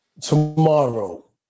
tomorrow